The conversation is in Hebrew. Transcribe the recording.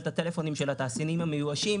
את הטלפונים של התעשיינים המיואשים,